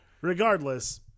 regardless